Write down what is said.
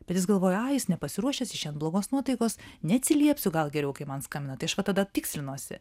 bet jis galvoja ai jis nepasiruošęs jis šiandien blogos nuotaikos neatsiliepsiu gal geriau kai man skambina tai vat aš tada tikslinuosi